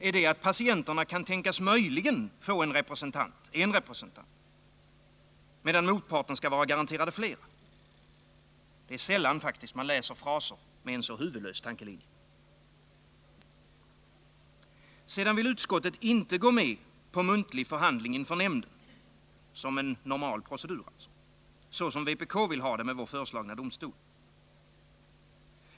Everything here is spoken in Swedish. Är det att patienterna möjligen kan tänkas få en representant, medan motparten skall vara garanterad flera? Sällan läser man fraser med en så huvudlös tankelinje. Sedan vill utskottet inte gå med på muntlig förhandling inför nämnden som en normal procedur, såsom vpk vill ha det med vår föreslagna domstol.